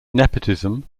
nepotism